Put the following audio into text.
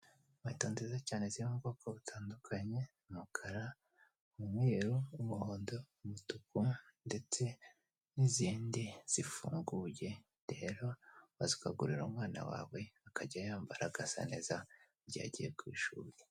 Inkweto nziza cyane ziri mu bwoko butandukanye umukara, umweru n'umuhondo, umutuku ndetse n'izindi zifunguye rero waza ukagurira umwana wawe akajya yambaragara agazasa neza igihe yagiye ku ishuri.